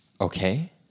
Okay